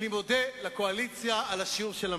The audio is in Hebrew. אני מודה לקואליציה על השיעור שלמדתי.